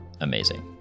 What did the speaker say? amazing